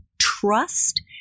trust